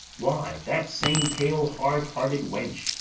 why, that same pale hard-hearted wench,